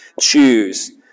Choose